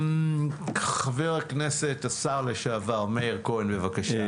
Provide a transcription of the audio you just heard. חבר הכנסת, השר לשעבר, מאיר כהן, בבקשה.